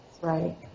Right